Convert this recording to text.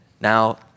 Now